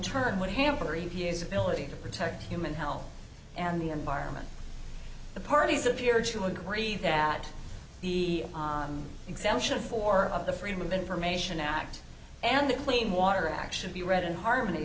turn would hamper reviews ability to protect human health and the environment the parties appear to agree that the exemption for the freedom of information act and the clean water action be read in harmony